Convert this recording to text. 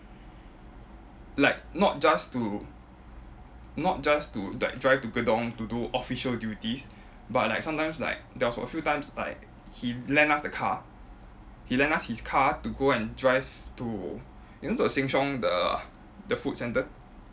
like not just to not just to like drive to gedong to do official duties but like sometimes like there was a few times like he lend us the car he lend us his car to go and drive to you know the sheng siong the the food centre